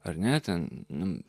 ar ne ten